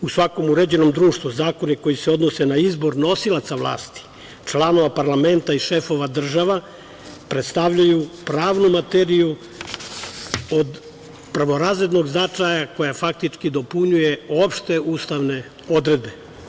U svakom uređenom društvu zakoni koji se odnose na izbor nosioca vlasti, članova parlamenta i šefova država, predstavljaju pravnu materiju od prvorazrednog značaja, koja faktički dopunjuje opšte ustavne odredbe.